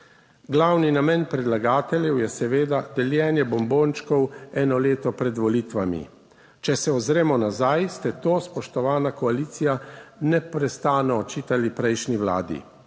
Glavni namen predlagateljev je seveda deljenje bombončkov eno leto pred volitvami. Če se ozremo nazaj ste to, spoštovana koalicija, neprestano očitali prejšnji Vladi.